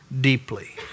deeply